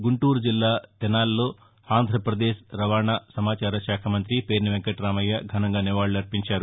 గుంటూరు జిల్లా తెనాలిలో ఆంధ్రప్రదేశ్ రవాణా సమాచార శాఖ మంత్రి పేర్ని వెంకటామయ్య ఘనంగా నివాకులర్పించారు